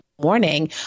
morning